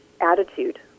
attitude